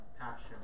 passion